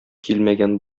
килмәгән